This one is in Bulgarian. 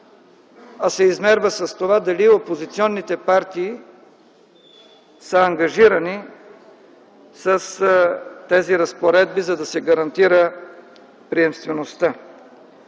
а се измерва с това дали опозиционните партии са ангажирани с тези разпоредби, за да се гарантира приемствеността.